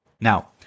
Now